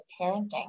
parenting